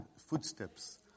footsteps